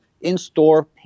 in-store